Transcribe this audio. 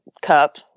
cup